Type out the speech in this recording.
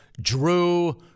Drew